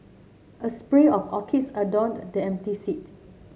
a spray of orchids adorned the empty seat